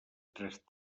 tres